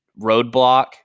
roadblock